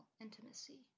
intimacy